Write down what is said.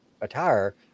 attire